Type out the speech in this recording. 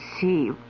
see